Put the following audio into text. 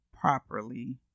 properly